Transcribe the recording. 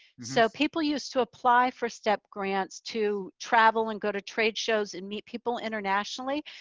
so people use to apply for step grants, to travel and go to trade shows and meet people internationally.